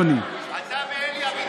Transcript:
אדוני,